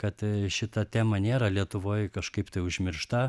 kad šita tema nėra lietuvoj kažkaip tai užmiršta